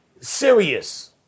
Serious